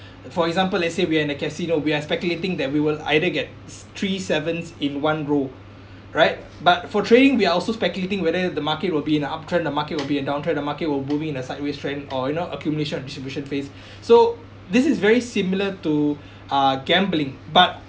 for example let's say we are in a casino we are speculating that we will either get three sevens in one row right but for trading we also speculating whether the market will be in the uptrend the market will be a downtrend the market will booming in a sideways trend or you know accumulation of distribution phase so this is very similar to uh gambling but